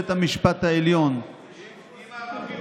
בית המשפט העליון החליט